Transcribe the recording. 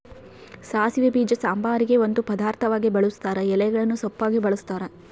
ಸಾಸಿವೆ ಬೀಜ ಸಾಂಬಾರಿಗೆ ಒಂದು ಪದಾರ್ಥವಾಗಿ ಬಳುಸ್ತಾರ ಎಲೆಗಳನ್ನು ಸೊಪ್ಪಾಗಿ ಬಳಸ್ತಾರ